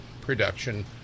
production